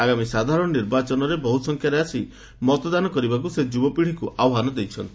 ଆଗାମୀ ସାଧାରଣ ନିର୍ବାଚନରେ ବହୁ ସଂଖ୍ୟାରେ ଆସି ମତଦାନ କରିବାକୁ ସେ ଯୁବ ପିଢ଼ିକୁ ଆହ୍ୱାନ ଦେଇଛନ୍ତି